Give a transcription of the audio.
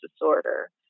disorder